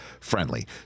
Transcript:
friendly